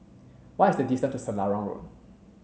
what is the distance to Selarang Road